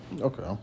Okay